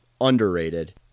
underrated